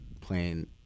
playing